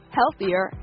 healthier